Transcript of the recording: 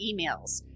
emails